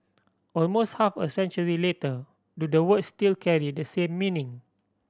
almost half a century later do the words still carry the same meaning